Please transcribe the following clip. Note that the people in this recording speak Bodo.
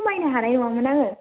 खमायनो हानाय नङामोन आङो